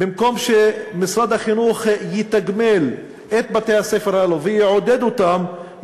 במקום שמשרד החינוך יתגמל את בתי-הספר הללו ויעודד אותם,